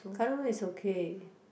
current one is okay